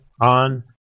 on